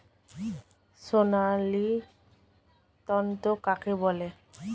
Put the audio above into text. সোনালী তন্তু কাকে বলে?